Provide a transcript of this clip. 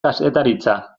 kazetaritza